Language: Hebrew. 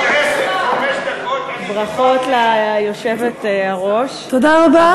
ברכות ליושבת-ראש, תודה רבה.